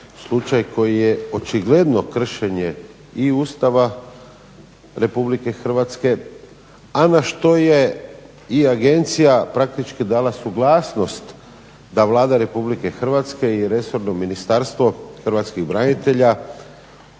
slučaj koji je očigledno kršenje i Ustava Republike Hrvatske, a na što je i Agencija praktički dala suglasnost da Vlada Republike Hrvatske i resorno Ministarstvo hrvatskih branitelja